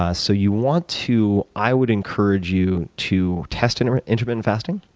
ah so you want to i would encourage you to test and intermittent fasting,